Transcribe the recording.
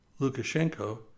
Lukashenko